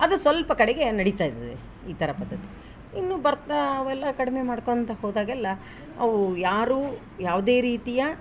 ಅದು ಸ್ವಲ್ಪ ಕಡೆಗೆ ನಡೀತ ಇರ್ತದೆ ಈ ಥರ ಪದ್ಧತಿ ಇನ್ನು ಬರ್ತಾ ಅವೆಲ್ಲ ಕಡಿಮೆ ಮಾಡ್ಕೊತ ಹೋದಾಗೆಲ್ಲ ಅವು ಯಾರೂ ಯಾವುದೆ ರೀತಿಯ